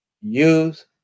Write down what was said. use